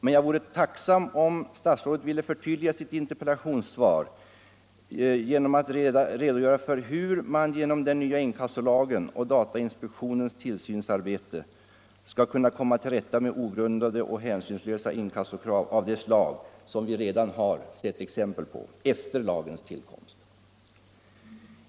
Men jag vore tacksam om statsrådet ville förtydliga sitt interpellationssvar genom att redogöra för hur man genom den nya inkassolagen och datainspektionens tillsynsarbete skall kunna komma till rätta med ogrundade och hänsynslösa inkassokrav av det slag som vi redan har sett exempel på efter lagens tillkomst.